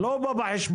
לא בא בחשבון.